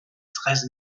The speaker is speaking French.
treize